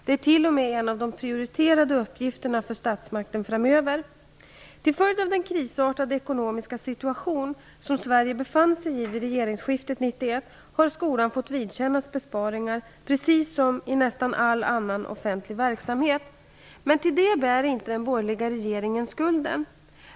Det är t.o.m. en av de prioriterade uppgifterna för statsmakten framöver. Till följd av den krisartade ekonomiska situationen Sverige befann sig i vid regeringsskiftet 1991 har skolan fått vidkännas besparingar, precis som i nästan all annan offentlig verksamhet. Men till detta bär inte den borgerliga regeringen skulden.